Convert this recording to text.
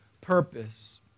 purpose